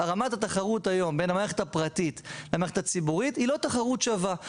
רמת התחרות היום בין המערכת הפרטית למערכת הציבורית היא לא תחרות שווה.